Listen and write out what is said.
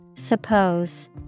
Suppose